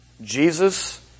Jesus